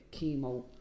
chemo